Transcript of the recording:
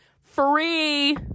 Free